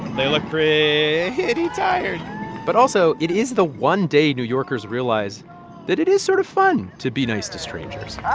they look pretty tired but also, it is the one day new yorkers realize that it is sort of fun to be nice to strangers